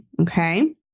okay